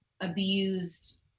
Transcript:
abused